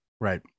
Right